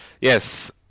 Yes